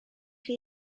chi